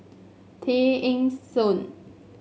Tay Eng Soon